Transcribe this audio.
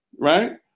right